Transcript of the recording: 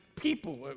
people